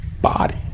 body